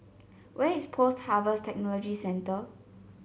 where is Post Harvest Technology Centre